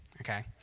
okay